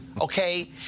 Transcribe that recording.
okay